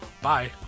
Bye